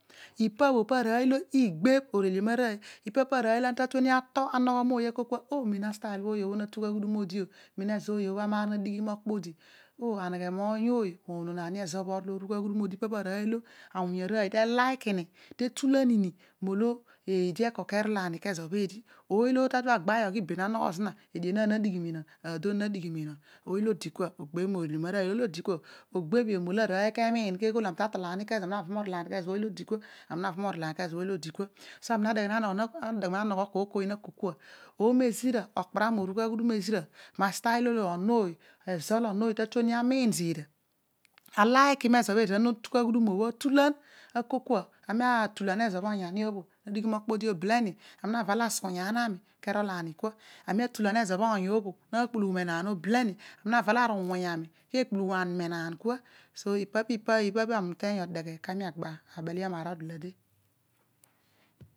Ipa bho po arooy igbeebh orelion arooy. iph pa arooy olo ana ta tueni ato arogho mooy oh. miin astule ezo ooy bho natugh aghudum. miin ezo ooy bho amaar na dighi ma aghudum. aneghe moony ooy monon ezo orol orugh aghudum odi. ipa pa arooy teliki. etulan hini leede kecrol ani keedi ooy lo ta tol agbaay iben anogho zina. adon na dighi minen edie na dighi minon. ooy olo odi kua ogbebh bho moreliom arooy. ogbebh io molo arooy keeghol ami tatolani ke ezo bho eedi ami neva morol ani keezo bho ooy olo odi kua ami na adeghe na anogho kooy kooy olo edilava. okparam orugh aghudum ezirq. ami atailan ezo bho oony bho bho atulaa enaan bho. molo aruvuuny ani keekpliughu ani meenaaa vua so ipu. ibha ami uteeny odeghe kami adeghe. agba abeliom arol dalade